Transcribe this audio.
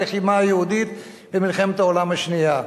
הלחימה היהודית במלחמת העולם השנייה.